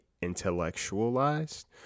intellectualized